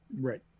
Right